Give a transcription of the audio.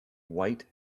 white